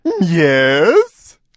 Yes